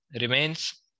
remains